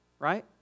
Right